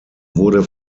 wurde